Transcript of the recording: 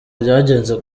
ryagenze